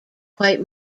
quite